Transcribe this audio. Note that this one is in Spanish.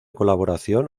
colaboración